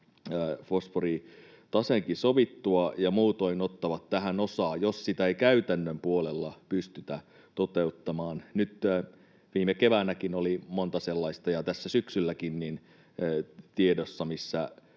fosforitaseenkin sovittua ja muutoin ottavat tähän osaa, jos sitä ei käytännön puolella pystytä toteuttamaan. Nyt viime keväänä ja tässä syksylläkin oli monta